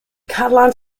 caroline